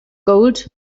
gold